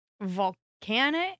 volcanic